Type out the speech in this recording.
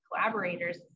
collaborators